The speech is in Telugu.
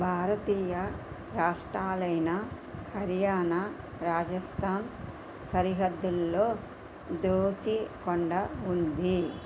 భారతీయ రాష్ట్రాలైన హర్యానా రాజస్థాన్ సరిహద్దుల్లో ధోసి కొండ ఉంది